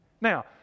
Now